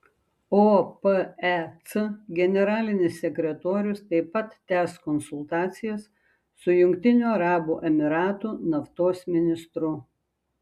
opec generalinis sekretorius taip pat tęs konsultacijas su jungtinių arabų emyratų naftos ministru